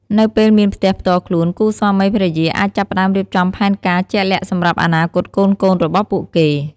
នៅពេលមានផ្ទះផ្ទាល់ខ្លួន គូស្វាមីភរិយាអាចចាប់ផ្ដើមរៀបចំផែនការជាក់លាក់សម្រាប់អនាគតកូនៗរបស់ពួកគេ។